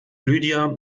lydia